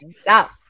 Stop